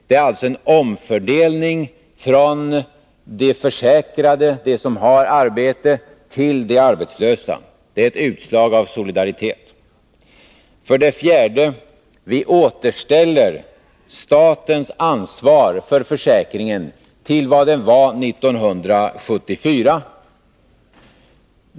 Det är alltså en omfördelning mellan de försäkrade — från dem som har arbete till de arbetslösa — och det är ett utslag av solidaritet. För det fjärde återställer vi statens ansvar för försäkringen till vad det var 1974.